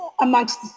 amongst